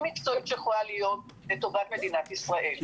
מקצועית שיכולה להיות לטובת מדינת ישראל.